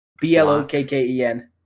B-L-O-K-K-E-N